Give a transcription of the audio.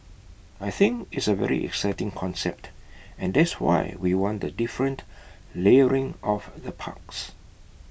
I think it's A very exciting concept and that's why we want the different layering of the parks